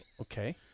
Okay